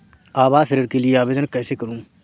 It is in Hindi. आवास ऋण के लिए आवेदन कैसे करुँ?